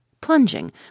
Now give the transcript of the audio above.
plunging